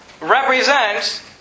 represents